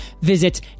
Visit